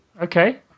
Okay